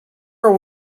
are